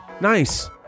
nice